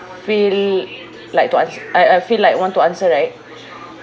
feel like to ans~ uh uh feel like want to answer right